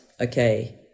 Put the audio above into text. okay